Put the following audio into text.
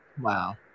wow